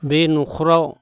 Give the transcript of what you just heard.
बे न'खराव